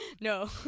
No